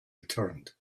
returned